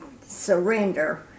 surrender